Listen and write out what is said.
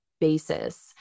basis